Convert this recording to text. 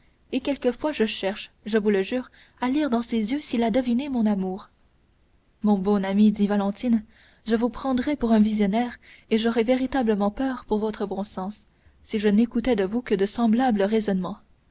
et quelquefois je cherche je vous le jure à lire dans ses yeux s'il a deviné mon amour mon bon ami dit valentine je vous prendrais pour un visionnaire et j'aurais véritablement peur pour votre bon sens si je n'écoutais de vous que de semblables raisonnements